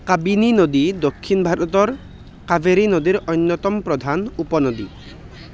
কাবিনি নদী দক্ষিণ ভাৰতৰ কাৱেৰী নদীৰ অন্যতম প্ৰধান উপনদী